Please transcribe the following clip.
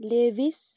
Levi's